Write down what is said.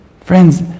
Friends